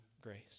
grace